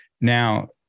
Now